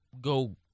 go